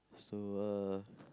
so uh